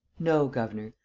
no, governor.